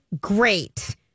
great